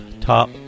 Top